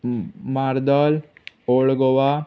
Mardol old Goa